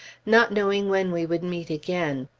not knowing when we would meet again.